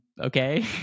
okay